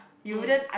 ya